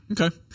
Okay